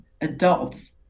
adults